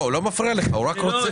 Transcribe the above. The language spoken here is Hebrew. לא רק לך...